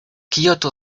kyoto